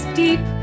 deep